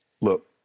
Look